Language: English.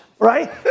Right